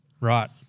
Right